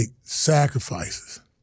sacrifices